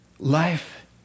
Life